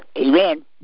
Amen